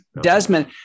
Desmond